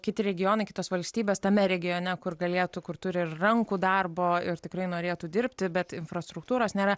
kiti regionai kitos valstybės tame regione kur galėtų kur turi ir rankų darbo ir tikrai norėtų dirbti bet infrastruktūros nėra